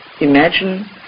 imagine